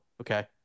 okay